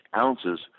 ounces